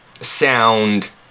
sound